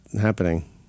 happening